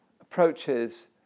approaches